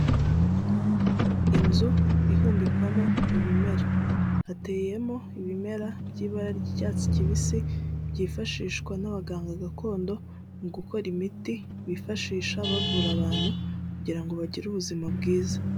Inzu ihumbikwamo ibimera. Hateyemo ibimera by'ibara ry'icyatsi kibisi byifashishwa n'abaganga gakondo mu gukora imiti bifashisha bavura abantu kugira ngo bagire ubuzima bwiza.